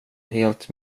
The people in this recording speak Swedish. helt